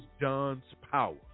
Johns-Power